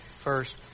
first